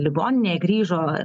ligoninėje grįžo